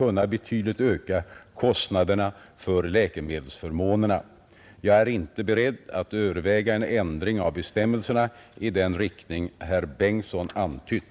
kunna betydligt öka kostnaderna för läkemedelsförmånerna. Jag är inte beredd att överväga en ändring av bestämmelserna i den riktning herr Bengtsson antytt.